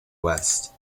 west